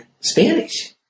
Spanish